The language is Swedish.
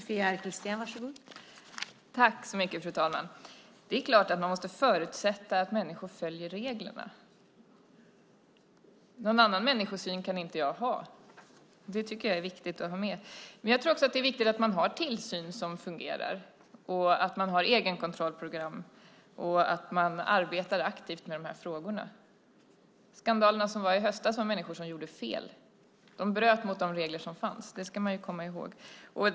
Fru talman! Det är klart att man måste förutsätta att människor följer reglerna. Någon annan människosyn kan jag inte ha. Det tycker jag är viktigt att ha med. Jag tror också att det är viktigt att man har tillsyn som fungerar och att man har egenkontrollprogram. Man måste arbeta aktivt med de här frågorna. De skandaler som inträffade i höstas berodde på människor som gjorde fel. De bröt mot de regler som fanns; det ska man komma ihåg.